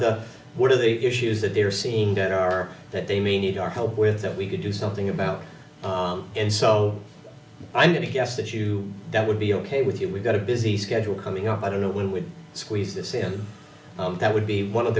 the what are the issues that they're seeing that are that they may need our help with that we could do something about and so i'm going to guess that you would be ok with you we've got a busy schedule coming up i don't know when would squeeze this in that would be one of